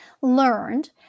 learned